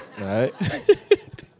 Right